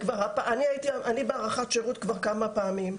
אני בהארכת שירות כבר כמה פעמים.